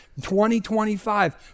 2025